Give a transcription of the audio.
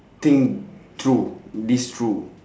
think through this through